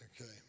Okay